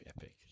Epic